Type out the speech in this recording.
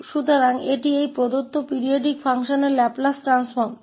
तो यह इस दिए गए आवर्त फलन का लाप्लास रूपांतर है